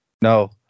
No